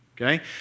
Okay